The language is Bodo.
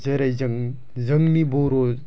जेरै जों जोंनि बर'